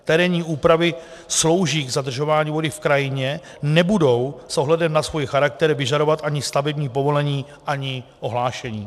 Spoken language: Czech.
Terénní úpravy sloužící k zadržování vody v krajině nebudou s ohledem na svůj charakter vyžadovat ani stavební povolení, ani ohlášení.